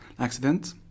accident